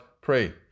pray